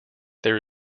there